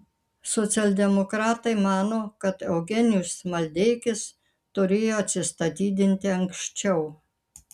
socialdemokratai mano kad eugenijus maldeikis turėjo atsistatydinti anksčiau